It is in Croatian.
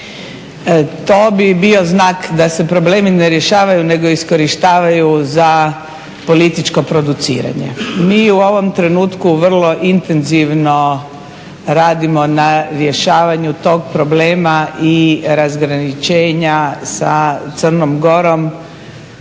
to bi bio znak da se problemi ne rješavaju nego iskorištavaju za političko produciranje. Mi u ovom trenutku vrlo intenzivno radimo na rješavanju tog problema i razgraničenja sa Crnom Gorom